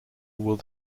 will